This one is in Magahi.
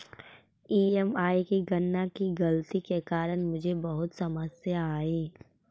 ई.एम.आई की गणना की गलती के कारण मुझे बहुत समस्या आई